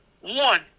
one